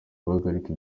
guhagarika